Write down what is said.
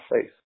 face